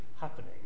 happening